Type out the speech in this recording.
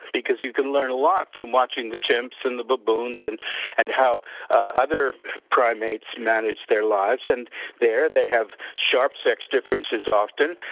because you can learn a lot from watching the chimps and baboons and and how other primates manage their lives, and there they have sharps sex difference is often,